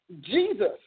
Jesus